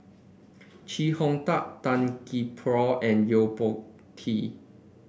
Chee Hong Tat Tan Gee Paw and Yo Po Tee